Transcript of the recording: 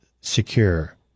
secure